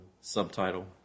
subtitle